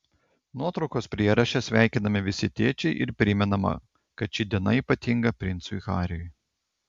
nuotraukos prieraše sveikinami visi tėčiai ir primenama kad ši diena ypatinga princui hariui